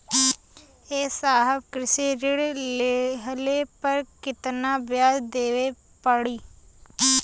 ए साहब कृषि ऋण लेहले पर कितना ब्याज देवे पणी?